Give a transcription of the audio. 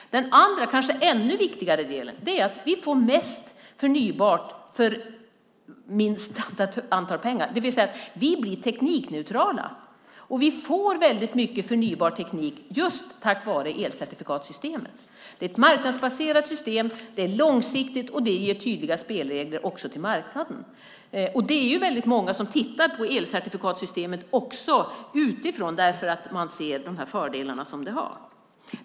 Den andra kanske ännu viktigare delen är att vi får mest förnybart för minst pengar. Vi blir teknikneutrala, och vi får väldigt mycket förnybar teknik just tack vare elcertifikatssystemet. Det är ett marknadsbaserat system, det är långsiktigt, och det ger tydliga spelregler också till marknaden. Det är väldigt många som tittar på elcertifikatssystemet utifrån, för man ser de fördelar som det har.